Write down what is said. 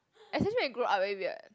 especially when you grow up very weird